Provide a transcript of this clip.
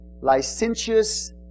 licentious